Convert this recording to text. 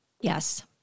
Yes